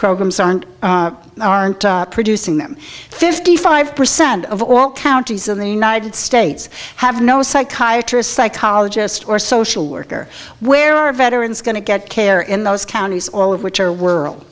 programs aren't aren't producing them fifty five percent of all counties in the united states have no psychiatry or psychologist or social worker where our veterans going to get care in those counties all of which are world